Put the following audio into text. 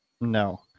No